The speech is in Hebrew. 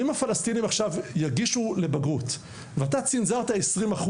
אם הפלסטינים יגישו לבגרות ואתה צנזרת 20%,